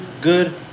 good